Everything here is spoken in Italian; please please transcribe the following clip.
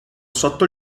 sotto